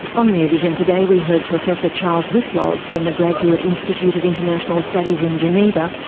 on rear vision today, we heard professor charles wyplosz from the graduate institute of international studies in geneva,